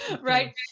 Right